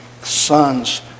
sons